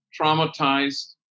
traumatized